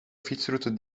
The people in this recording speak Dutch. fietsroute